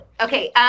Okay